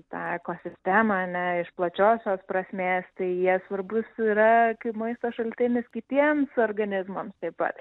tą ekosistemą ane iš plačiosios prasmės tai jie svarbus yra kaip maisto šaltinis kitiems organizmams taip pat